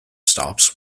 stops